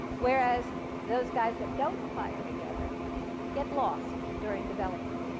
whereas those guys that don't fire together get lost during development.